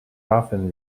often